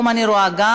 אני קובעת